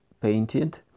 painted